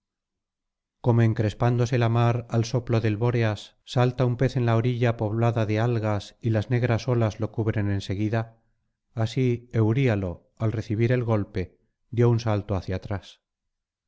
como encrespándose la mar al soplo del bóreas salta un pez en la orilla poblada de algas y las negras olas lo cubren en seguida así euríalo al recibir el golpe dio un salto hacia atrás